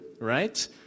right